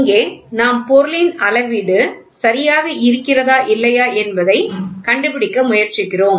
இங்கே நாம் பொருளின் அளவீடு சரியாக இருக்கிறதா இல்லையா என்பதைக் கண்டுபிடிக்க முயற்சிக்கிறோம்